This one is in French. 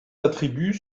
attributs